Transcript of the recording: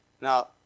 Now